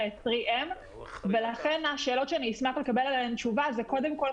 3M. לכן השאלות שאשמח לקבל עליהן תשובה הן: קודם כול,